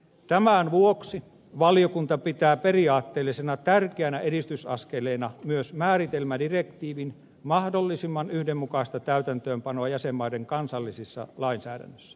tämän vuoksi valiokunta pitää periaatteellisesti tärkeänä edistysaskeleena myös määritelmädirektiivin mahdollisimman yhdenmukaista täytäntöönpanoa jäsenmaiden kansallisissa lainsäädännöissä